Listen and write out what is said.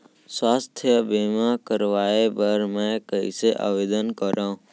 स्वास्थ्य बीमा करवाय बर मैं कइसे आवेदन करव?